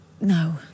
No